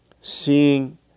seeing